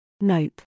Nope